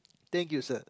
thank you sir